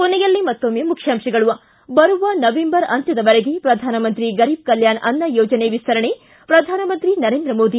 ಕೊನೆಯಲ್ಲಿ ಮತ್ತೊಮ್ನೆ ಮುಖ್ಯಾಂಶಗಳು ್ಟಿ ಬರುವ ನವೆಂಬರ್ ಅಂತ್ಯದವರೆಗೆ ಪ್ರಧಾನಮಂತ್ರಿ ಗರೀಬ್ ಕಲ್ಕಾಣ ಅನ್ನ ಯೋಜನೆ ವಿಸ್ತರಣೆ ಪ್ರಧಾನಮಂತ್ರಿ ನರೇಂದ್ರ ಮೋದಿ